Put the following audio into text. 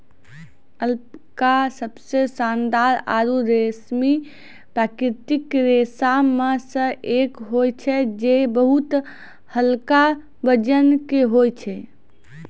alpaca सबसें शानदार आरु रेशमी प्राकृतिक रेशा म सें एक होय छै जे बहुत हल्का वजन के होय छै